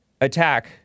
attack